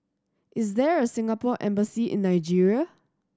is there a Singapore Embassy in Nigeria